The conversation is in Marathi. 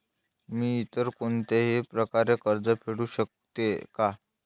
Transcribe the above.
मी इतर कोणत्याही प्रकारे कर्ज फेडू शकते का?